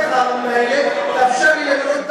אז הגיע הזמן שימנו.